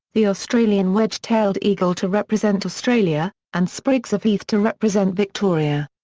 the australian wedge-tailed eagle to represent australia, and sprigs of heath to represent victoria.